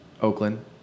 Oakland